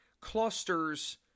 clusters